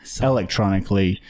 electronically